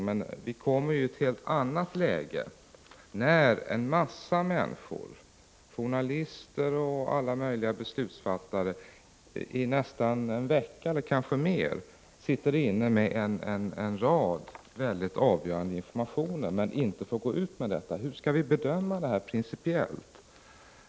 Men vi kommer i ett helt annat läge när en mängd människor, journalister och olika beslutsfattare, under kanske en veckas tid eller längre sitter inne med avgörande information som de inte får gå ut med. Hur skall vi bedöma detta principiellt?